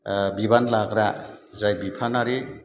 बिबान लाग्रा जाय बिफानारि